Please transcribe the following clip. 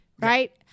right